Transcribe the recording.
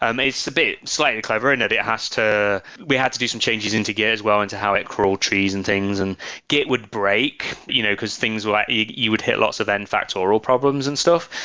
um it's a bit slightly clever and that it has to we had to do some changes into git as well into how it crawl trees and things, and git would break, you know because things were you would hit lots of end factorial problems and stuff.